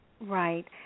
Right